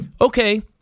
okay